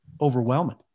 overwhelming